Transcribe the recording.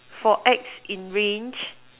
for X in range